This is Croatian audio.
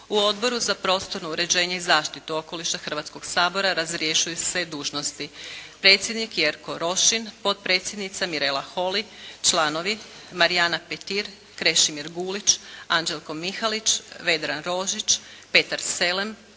U Odboru za prostorno uređenje i zaštitu okoliša Hrvatskog sabora razriješili su se dužnosti predsjednik Jerko Rošin, potpredsjednica Mirela Holy, članovi Marijana Petir, Krešimir Gulić, Anđelko Mihalić, Vedran Rožić, Petar Selem,